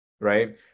right